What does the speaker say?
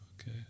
Okay